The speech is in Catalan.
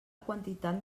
quantitat